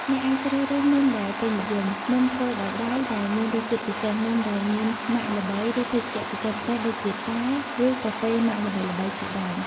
អ្នកអាចជ្រើសរើសនំដែលពេញនិយម នំធ្វើដោយដៃដែលមានរសជាតិពិសេស នំដែលមានម៉ាកល្បី ឬភេសជ្ជៈពិសេសៗដូចជា តែ ឬកាហ្វេម៉ាកល្បីៗជាដើម។